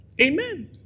Amen